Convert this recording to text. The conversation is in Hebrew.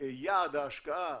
יעד ההשקעה,